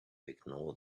ignore